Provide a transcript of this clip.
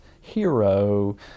hero